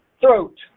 throat